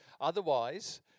otherwise